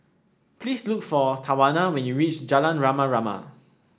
please look for Tawanna when you reach Jalan Rama Rama